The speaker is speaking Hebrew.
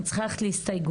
אני צריכה ללכת להסתייגויות.